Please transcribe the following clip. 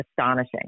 astonishing